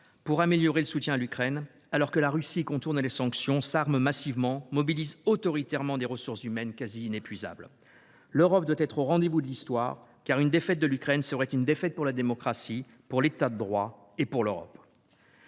pour améliorer le soutien à l’Ukraine, alors que la Russie contourne les sanctions, s’arme massivement, mobilise autoritairement des ressources humaines quasi inépuisables ? L’Europe doit être au rendez vous de l’Histoire, car une défaite de l’Ukraine serait une défaite pour la démocratie, pour l’État de droit et pour l’Europe.